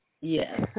Yes